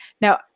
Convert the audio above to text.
Now